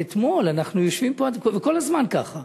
ואתמול אנחנו יושבים פה עד, וכל הזמן ככה.